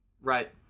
Right